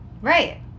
Right